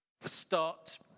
start